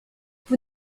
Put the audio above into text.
vous